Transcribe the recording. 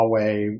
Huawei